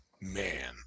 man